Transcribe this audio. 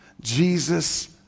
Jesus